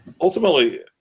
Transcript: Ultimately